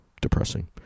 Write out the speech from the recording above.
depressing